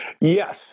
Yes